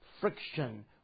friction